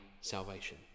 salvation